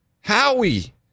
Howie